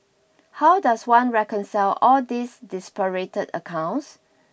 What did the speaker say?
how does one reconcile all these disparate accounts